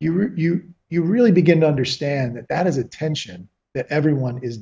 you read you you really begin to understand that that is a tension that everyone is